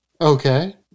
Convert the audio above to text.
Okay